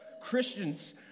Christians